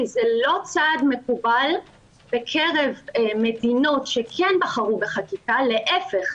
שזה לא צעד מקובל בקרב מדינות שכן בחרו בחקיקה אלא להיפך,